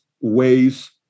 ways